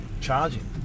charging